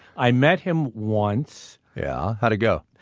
i met him once. yeah. how'd it go?